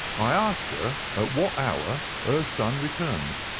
i asked her at what hour her son returned.